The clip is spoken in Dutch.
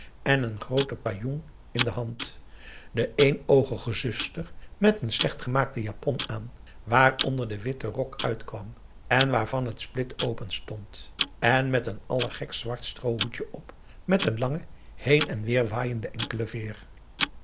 en een groote pajoeng in de hand de eenoogige zuster met een slecht gemaakte japon aan waaronder de witte rok uitkwam en waarvan het split open stond en met een allergekst zwart stroohoedje op met n lange heen en weer waaiende enkele veer